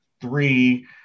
Three